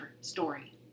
story